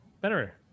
better